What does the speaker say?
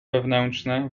wewnętrzne